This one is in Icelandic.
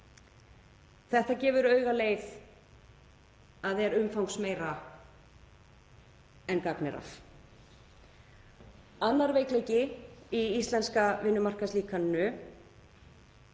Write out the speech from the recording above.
Það gefur augaleið að þetta er umfangsmeira en gagn er að. Annar veikleiki í íslenska vinnumarkaðslíkaninu